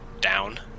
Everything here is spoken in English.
down